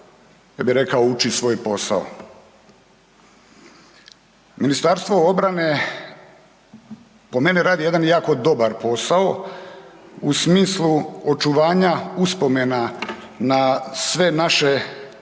uči svoj posao. MORH po meni radi jedan jako dobar posao u smislu očuvanja uspomena na sve naše ili